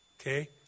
Okay